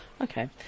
Okay